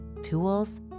tools